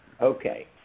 okay